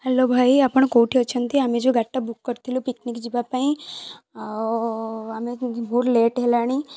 hello ଭାଇ ଆପଣ କେଉଁଠି ଅଛନ୍ତି ଆମେ ଯେଉଁ ଗାଡ଼ିଟା ବୁକ୍ କରିଥିଲୁ ପିକନିକ ଯିବା ପାଇଁ ଆଉ ଆମେ ବହୁତ ଲେଟ୍ ହେଲାଣି